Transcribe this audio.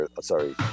sorry